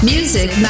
Music